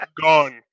gone